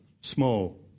small